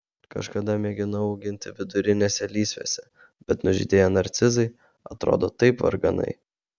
kažkada mėginau auginti vidurinėse lysvėse bet nužydėję narcizai atrodo taip varganai